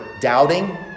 doubting